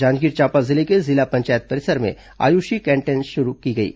जांजगीर चांपा जिले के जिला पंचायत परिसर में आयुषी कैंटीन शुरू की गई है